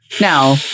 now